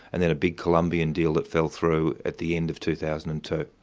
and then a big colombian deal that fell through at the end of two thousand and two.